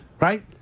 Right